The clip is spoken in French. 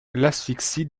l’asphyxie